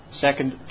Second